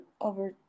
over